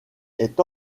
est